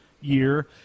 year